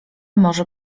może